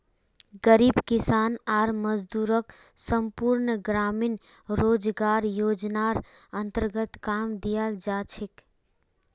गरीब किसान आर मजदूरक संपूर्ण ग्रामीण रोजगार योजनार अन्तर्गत काम दियाल जा छेक